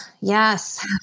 Yes